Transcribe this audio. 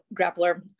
grappler